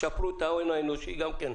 תשפרו את ההון האנושי גם כן,